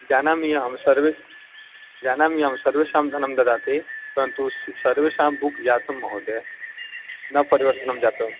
जानामि अहं सर्वं जानामि अहं सर्वेषां धनं ददामि परन्तु स् सर्वे बुक् जाताः महोदयः न परिवर्तनं जातम्